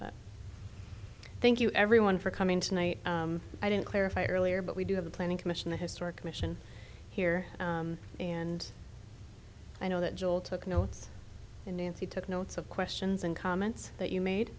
but thank you everyone for coming tonight i didn't clarify earlier but we do have the planning commission the historic commission here and i know that joel took notes and nancy took notes of questions and comments that you made